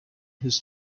his